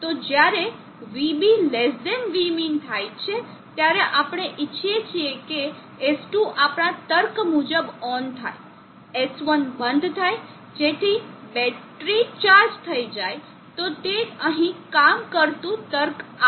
તો જ્યારે Vb Vmin થાય છે ત્યારે આપણે ઇચ્છીએ છીએ કે S2 આપણા તર્ક મુજબ ઓન થાય S1 બંધ થાય જેથી બેટરી ચાર્જ થઈ જાય તો તે અહીં કામ કરતું તર્ક આ છે